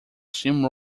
steam